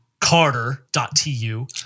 Carter.tu